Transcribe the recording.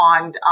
on